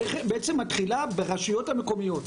מתחילה ברשויות המקומיות.